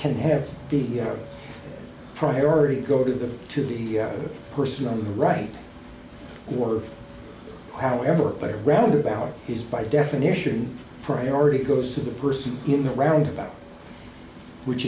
can have the priority go to the to the person on the right or however by a roundabout is by definition priority goes to the person in the roundabout which